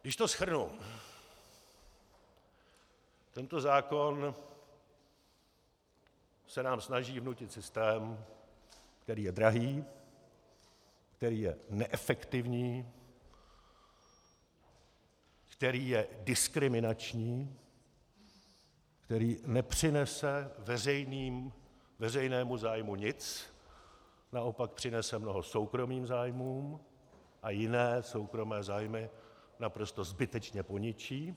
Když to shrnu, tento zákon se nám snaží vnutit systém, který je drahý, který je neefektivní, který je diskriminační, který nepřinese veřejnému zájmu nic, naopak přinese mnoho soukromým zájmům a jiné soukromé zájmy naprosto zbytečně poničí.